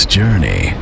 journey